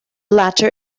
latter